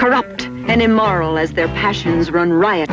corrupt and immoral as their passions run r